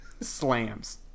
slams